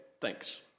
thanks